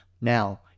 Now